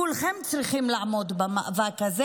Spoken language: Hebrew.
כולכם צריכים לעמוד במאבק הזה.